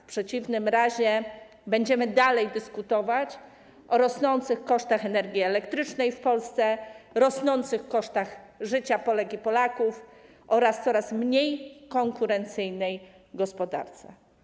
W przeciwnym razie będziemy dalej dyskutować o rosnących kosztach energii elektrycznej w Polsce, rosnących kosztach życia Polek i Polaków oraz coraz mniej konkurencyjnej gospodarce.